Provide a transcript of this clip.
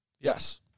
Yes